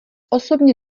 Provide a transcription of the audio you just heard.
osobně